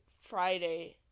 Friday